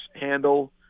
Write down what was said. handle